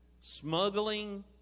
Smuggling